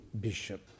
bishop